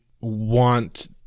want